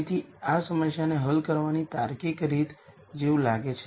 તેથી તે આ સમસ્યાને હલ કરવાની તાર્કિક રીત જેવું લાગે છે